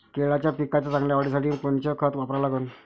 केळाच्या पिकाच्या चांगल्या वाढीसाठी कोनचं खत वापरा लागन?